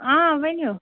اۭں ؤنِو